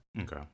Okay